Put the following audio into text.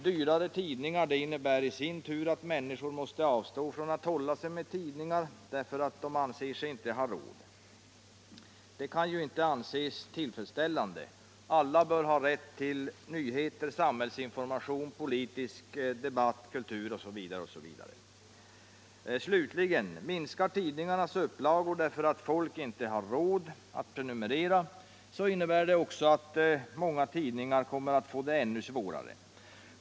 Dyrare tidningar innebär i sin tur att människor måste avstå från att hålla sig med tidningar därför att de inte anser sig ha råd. Det kan ju inte vara tillfredsställande. Alla bör ha rätt till nyheter, samhällsinformation, politisk debatt, kultur osv. Slutligen: Minskar tidningarnas upplagor därför att folk inte har råd att prenumerera, så innebär det i sin tur att många tidningar kommer att få det ännu svårare.